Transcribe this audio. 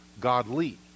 godly